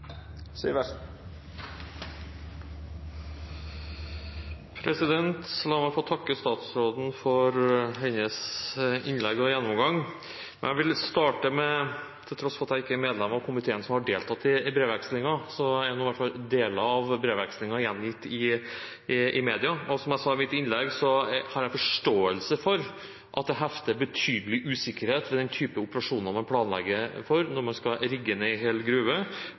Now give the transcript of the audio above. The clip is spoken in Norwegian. gjennomgang. Jeg vil starte med: Til tross for at jeg ikke er medlem av komiteen som har deltatt i brevvekslingen, ser jeg deler av brevvekslingen gjengitt i media. Som jeg sa i mitt innlegg, har jeg forståelse for at det hefter betydelig usikkerhet ved den typen operasjoner man planlegger for, når man skal rigge ned en hel gruve